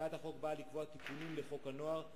הצעת החוק באה לקבוע תיקונים לחוק הנוער,